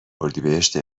اردیبهشت